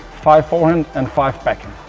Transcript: five forehand and five backhand!